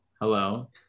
Hello